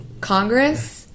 congress